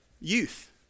youth